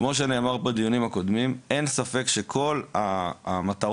כמו שנאמר בדיונים הקודמים, אין ספק שכל המטרות